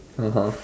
(uh huh)